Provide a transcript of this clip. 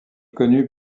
connu